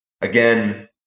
Again